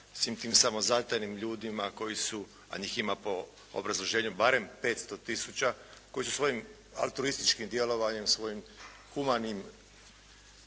svim tim samozatajnim ljudima koji su a njih ima po obrazloženju barem 500 tisuća, koji su svojim altruističkim djelovanje, svojim humanim